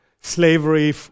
slavery